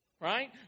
Right